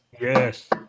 Yes